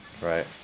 right